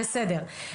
בסדר.